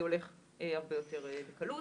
זה הולך הרבה יותר בקלות.